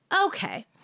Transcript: okay